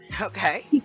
Okay